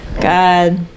God